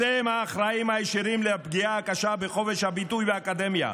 אתם האחראים הישירים לפגיעה הקשה בחופש הביטוי באקדמיה.